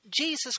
Jesus